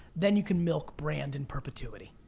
then you can milk brand in perpetuity.